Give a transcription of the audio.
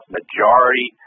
majority